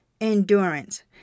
endurance